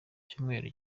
icyumweru